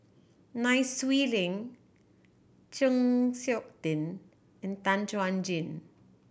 Nai Swee Leng Chng Seok Tin and Tan Chuan Jin